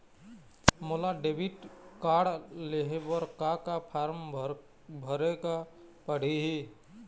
मोला debit card लेहे बर का का फार्म भरेक पड़ही?